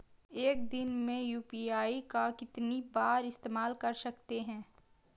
एक दिन में यू.पी.आई का कितनी बार इस्तेमाल कर सकते हैं?